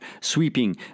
sweeping